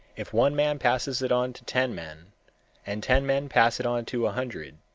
if one man passes it on to ten men and ten men pass it on to a hundred,